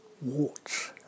warts